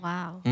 Wow